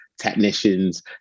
technicians